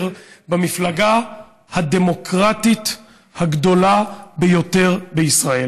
במפלגה הדמוקרטית הגדולה ביותר בישראל.